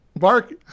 Mark